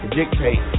dictate